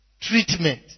Treatment